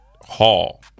Hall